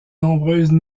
nombreuses